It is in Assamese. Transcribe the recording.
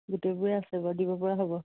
গোটেইবোৰে আছে বাৰু দিবপৰা হ'ব